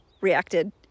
reacted